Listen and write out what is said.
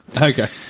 Okay